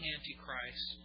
Antichrist